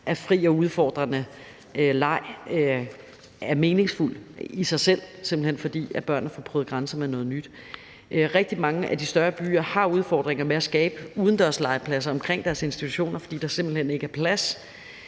at fri og udfordrende leg er meningsfuldt i sig selv, simpelt hen fordi børnene får prøvet grænser med noget nyt. I rigtig mange af de større byer er der udfordringer med at skabe udendørs legepladser omkring institutioner, fordi der simpelt hen ikke er plads,